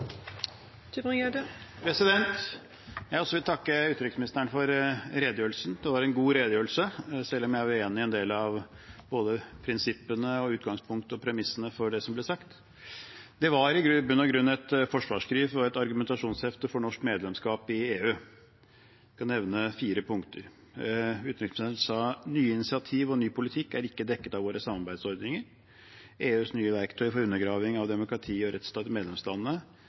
en god redegjørelse, selv om jeg var uenig i en del av både prinsippene, utgangspunktet og premissene for det som ble sagt. Det var i bunn og grunn et forsvarsskriv – et argumentasjonshefte for norsk medlemskap i EU. Jeg kan nevne fire punkter. Utenriksministeren sa at nye initiativ og ny politikk ikke er dekket av våre samarbeidsordninger, at EUs nye verktøy for undergraving av demokrati og rettsstat i medlemslandene